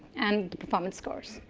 and performance scores.